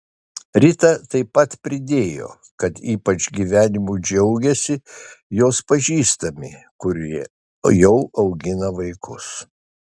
rita taip pat pridėjo kad ypač gyvenimu džiaugiasi jos pažįstami kurie jau augina vaikus